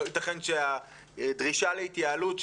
לא ייתכן שהדרישה להתייעלות,